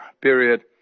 period